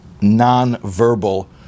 non-verbal